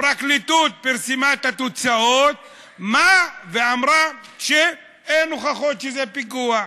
הפרקליטות פרסמה את התוצאות ואמרה שאין הוכחות שזה פיגוע.